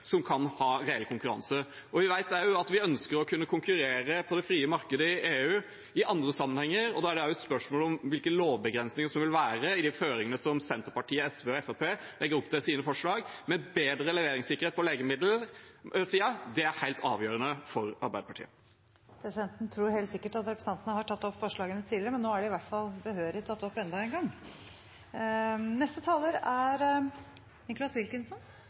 som kan konkurrere reelt, og vi vet også at vi ønsker å kunne konkurrere på det frie markedet i EU i andre sammenhenger. Da er det også et spørsmål om hvilke lovbegrensninger som vil være i de føringene som Senterpartiet, SV og Fremskrittspartiet legger opp til i sine forslag. Men bedre leveringssikkerhet på legemiddelsiden er helt avgjørende for Arbeiderpartiet. Representanten Tellef Inge Mørland har tatt opp de forslagene han refererte til. Jeg vil rose Arbeiderpartiet. Uten ideen om å bygge opp